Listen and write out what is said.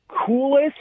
coolest